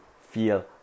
feel